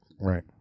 right